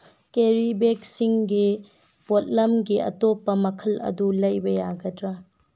carry ꯕꯦꯒꯁꯤꯡꯒꯤ ꯄꯣꯠꯂꯝꯒꯤ ꯑꯇꯣꯞꯄ ꯃꯈꯜ ꯑꯗꯨ ꯂꯩꯕ ꯌꯥꯒꯗ꯭ꯔꯥ